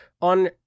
on